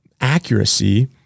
accuracy